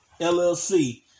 LLC